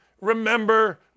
Remember